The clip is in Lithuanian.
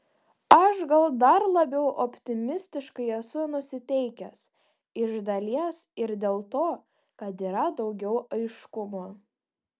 aš gal dar labiau optimistiškai esu nusiteikęs iš dalies ir dėl to kad yra daugiau aiškumo